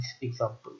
example